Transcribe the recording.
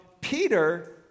Peter